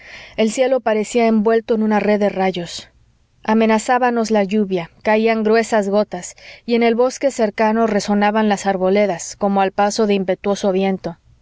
el cielo parecía envuelto en una red de rayos amenazábanos la lluvia caían gruesas gotas y en el bosque cercano resonaban las arboledas como al paso de impetuoso viento